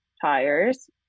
tires